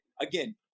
again